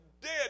dead